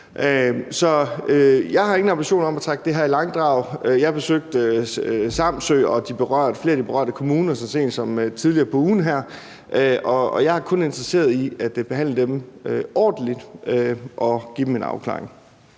Jeg har ingen ambition om at trække det her i langdrag. Jeg besøgte Samsø og flere af de berørte kommuner så sent som tidligere på ugen, og jeg er kun interesseret i at behandle dem ordentligt og give dem en afklaring.